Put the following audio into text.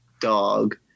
dog